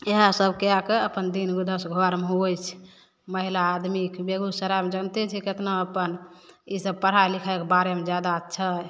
इएह सब कए के अपन दिनमे दस घरमे हुवै छै महिला आदमीके बेगूसरायमे जानते छै केतना अपन ईसब पढ़ाइ लिखाइके बारेमे जादा छै